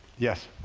yes.